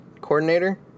coordinator